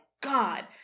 God